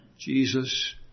Jesus